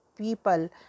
people